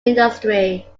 industry